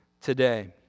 today